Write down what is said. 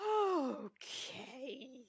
Okay